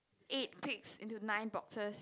eight pigs into nine boxes